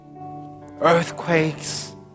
earthquakes